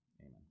Amen